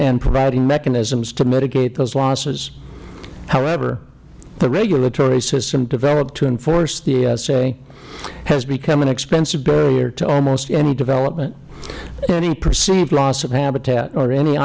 and providing mechanisms to mitigate those losses however the regulatory system developed to enforce the esa has become an expensive barrier to almost any development any perceived loss of habitat or any